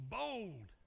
bold